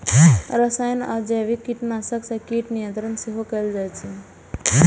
रसायन आ जैविक कीटनाशक सं कीट नियंत्रण सेहो कैल जाइ छै